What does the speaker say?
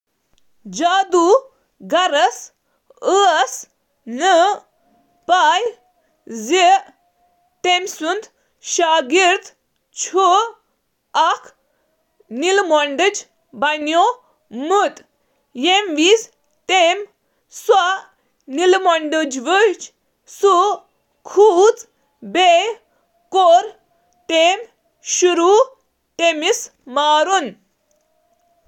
جاڈوگرس چُھ نہٕ پتاہ زِ تٔمۍ سُنٛد پیروکار بنیو میل میڈیچ۔ ییلہٕ أمۍ نیل میڈیاچ وُچھ تٔمِس گوٚو خوف زِ تٔمۍ کٔر أمِس مارنٕچ کوٗشش۔